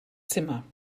zimmer